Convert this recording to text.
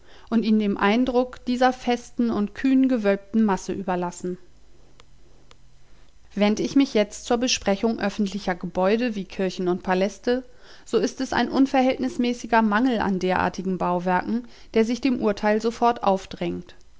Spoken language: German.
und ihn dem eindruck dieser festen und kühn gewölbten masse überlassen wend ich mich jetzt zur besprechung öffentlicher gebäude wie kirchen und paläste so ist es ein unverhältnismäßiger mangel an derartigen bauwerken der sich dem urteil sofort aufdrängt